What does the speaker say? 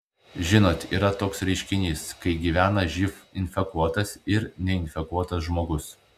žinot yra toks reiškinys kai gyvena živ infekuotas ir neinfekuotas žmogus